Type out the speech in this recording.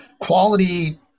quality